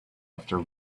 after